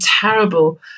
terrible